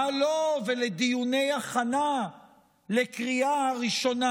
מה לו ולדיוני הכנה לקריאה ראשונה?